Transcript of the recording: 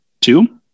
Two